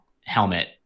helmet